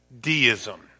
deism